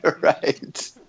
Right